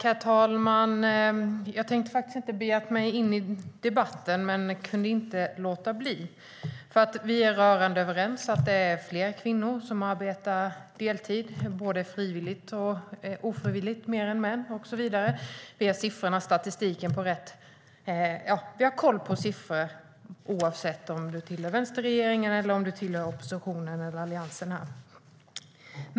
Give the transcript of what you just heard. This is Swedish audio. Herr talman! Jag hade inte tänkt ge mig in i debatten, men jag kunde inte låta bli. Vi är rörande överens om att det är fler kvinnor än män som arbetar deltid, både frivilligt och ofrivilligt. Vi har koll på siffrorna och statistiken oavsett om vi tillhör vänsterregeringen, oppositionen eller Alliansen.